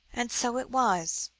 and so it was,